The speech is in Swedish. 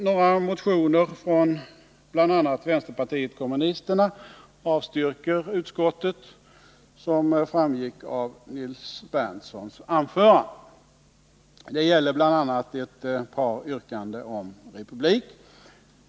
Några motioner från bl.a. vänsterpartiet kommunisterna avstyrker utskottet, som framgick av Nils Berndtsons anförande. Det gäller bl.a. ett par yrkanden om republik.